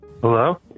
Hello